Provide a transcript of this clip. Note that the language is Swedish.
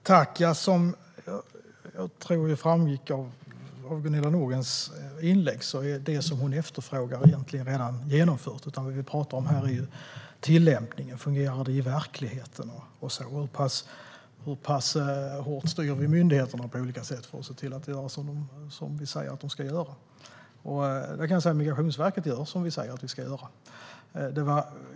Herr talman! Som jag tror framgick av Gunilla Nordgrens inlägg är det som hon efterfrågade egentligen redan genomfört. Det vi pratar om här är tillämpningen. Fungerar det i verkligheten? Hur pass hårt styr vi myndigheterna på olika sätt för att se till att de gör som vi säger att de ska göra? Jag kan säga att Migrationsverket gör som vi säger att de ska göra.